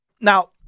Now